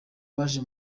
baje